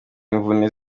imvune